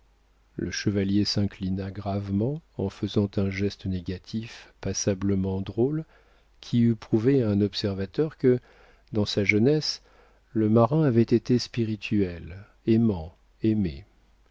le chevalier s'inclina gravement en faisant un geste négatif passablement drôle qui eût prouvé à un observateur que dans sa jeunesse le marin avait été spirituel aimant aimé